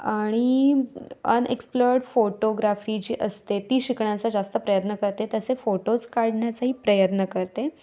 आणि unexplored photography जी असते ती शिकण्याचा जास्त प्रयत्न करते तसे फोटोज काढण्याचाही प्रयत्न करते